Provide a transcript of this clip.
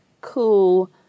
cool